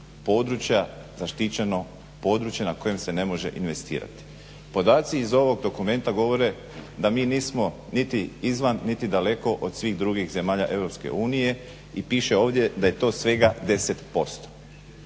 područja zaštićeno područje na koje se ne može investirati. Podaci iz ovog dokumenta govore da mi nismo niti izvan, niti daleko od svih drugih zemalja EU i piše ovdje da je to svega 10%.